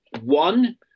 one